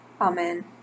Amen